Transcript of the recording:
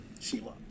Sheila